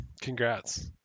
congrats